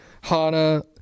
Hana